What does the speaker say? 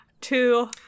Two